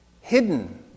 hidden